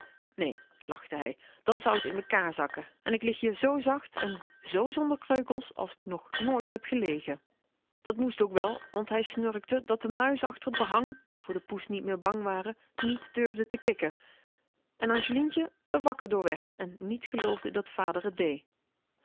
nee lachte hij dan zou t in mekaar zakken en ik lig hier zoo zacht en zoo zonder kreukels als k nog nooit heb gelegen dat moest ook wel want hij snurkte dat de muizen achter t behang die voor de poes niet meer bang waren niet durfden te kikken en angelientje r wakker door werd en t niet geloofde dat vader t dee